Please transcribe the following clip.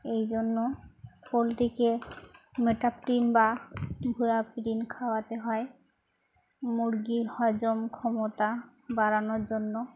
এই জন্য পোলট্রিকে মেটাপ্রিন বা ভোয়া প্রিন খাওয়াতে হয় মুরগির হজম ক্ষমতা বাড়ানোর জন্য